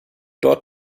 dort